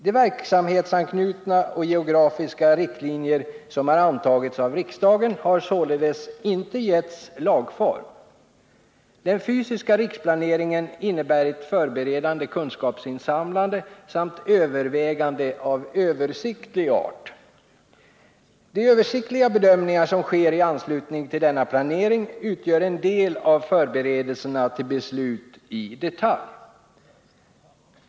De verksamhetsanknutna och geografiska riktlinjer som har antagits av riksdagen har således inte getts lagform. Den fysiska riksplaneringen innebär ett förberedande kunskapsinsamlande samt överväganden av översiktlig art. De översiktliga bedömningar som sker i anslutning till denna planering utgör en del av förberedelserna till beslut i detalj.